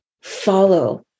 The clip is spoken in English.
follow